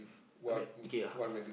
I mean okay